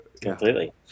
Completely